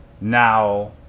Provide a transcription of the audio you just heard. now